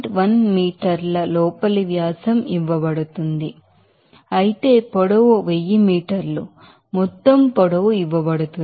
1 మీటర్ల లోపలి డ్యామిటర్ ఇవ్వబడుతుంది అయితే పొడవు 1000 మీటర్ల మొత్తం పొడవు ఇవ్వబడుతుంది